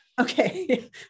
Okay